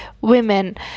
women